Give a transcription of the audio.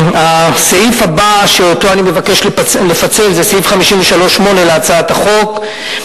הסעיף הבא שאותו אני מבקש לפצל הוא סעיף 53(8) להצעת החוק.